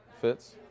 fits